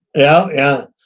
yeah, yeah.